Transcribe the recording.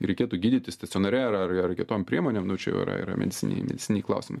reikėtų gydyti stacionare ar ar kitom priemonėm nu čia jau yra yra medicininiai mediciniai klausimai